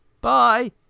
Bye